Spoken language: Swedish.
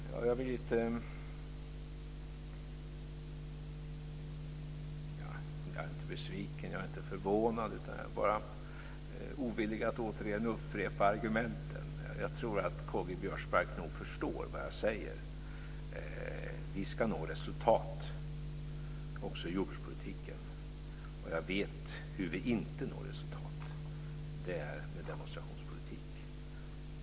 Fru talman! Jag blir, inte besviken, inte förvånad, bara lite ovillig att återigen upprepa argumenten. Jag tror nog att K-G Biörsmark förstår vad jag säger. Vi ska nå resultat också i jordbrukspolitiken. Jag vet hur vi inte når resultat. Det är med demonstrationspolitik.